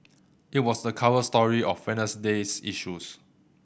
it was the cover story of Wednesday's issues